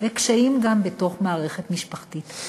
וקשיים גם בתוך המערכת המשפחתית.